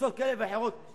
בדרישות כאלה ואחרות,